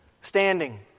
Standing